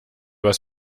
was